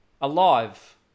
alive